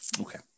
Okay